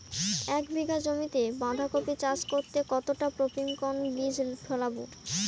এক বিঘা জমিতে বাধাকপি চাষ করতে কতটা পপ্রীমকন বীজ ফেলবো?